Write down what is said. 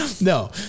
No